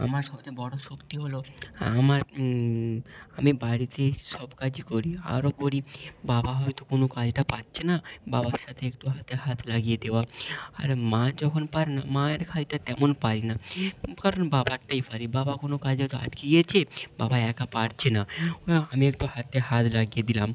আমার সবচেয়ে বড়ো শক্তি হলো আমার আমি বাড়িতেই সব কাজই করি আরও করি বাবা হয়তো কোনো কাজটা পারছে না বাবার সাথে একটু হাতে হাত লাগিয়ে দেওয়া আর মা যখন পারে না মায়ের কাজটা তেমন পারি না কারণ বাবারটাই পারি বাবা কোনো কাজে হয়তো আটকে গিয়েছে বাবা একা পারছে না আমি একটু হাতে হাত লাগিয়ে দিলাম